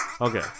Okay